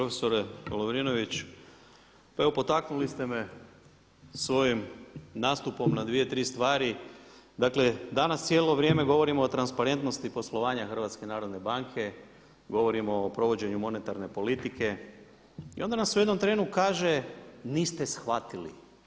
Profesore Lovrinović, pa evo potaknuli ste me svojim nastupom na dvije, tri stvari, dakle danas cijelo vrijeme govorimo o transparentnosti poslovanja HNB-a, govorimo o provođenju monetarne politike i onda nam se u jednom trenu kaže, niste shvatili.